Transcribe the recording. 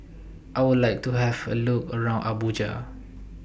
I Would like to Have A Look around Abuja